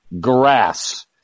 grass